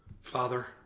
Father